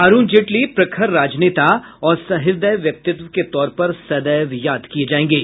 अरूण जेटली प्रखर राजनेता और सहृदय व्यक्तित्व के तौर पर सदैव याद किये जायेंगे